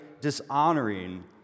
dishonoring